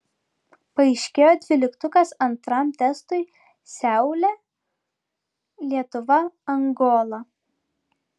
paaiškėjo dvyliktukas antram testui seule lietuva angola